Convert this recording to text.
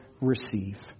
receive